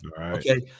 Okay